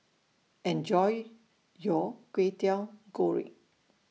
Enjoy your Kwetiau Goreng